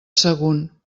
sagunt